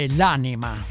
l'anima